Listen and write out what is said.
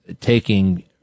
taking